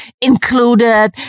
included